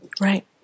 Right